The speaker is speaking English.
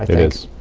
it is.